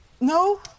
No